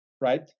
right